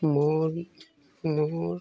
मोर मोर